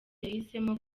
yahisemo